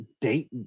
date